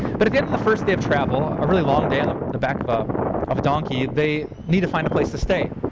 but the end of the first day of travel, a really long day on the the back of ah of a donkey, they need to find a place to stay.